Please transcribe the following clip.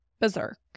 berserk